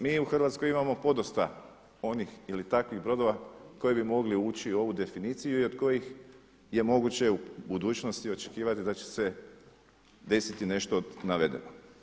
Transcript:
Mi u Hrvatskoj imamo podosta onih ili takvih brodova koji bi mogli ući u ovu definiciju i od kojih je moguće u budućnosti očekivati da će se desiti nešto od navedenog.